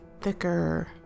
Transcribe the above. Thicker